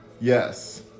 Yes